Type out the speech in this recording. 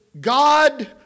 God